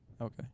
Okay